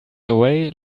away